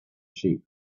sheep